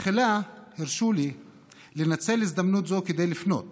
תחילה הרשו לי לנצל הזדמנות זו כדי לפנות